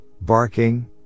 barking